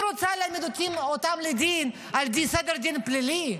היא רוצה להעמיד אותם לדין על פי סדר הדין הפלילי?